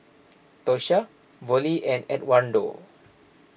Tosha Vollie and Edwardo